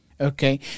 Okay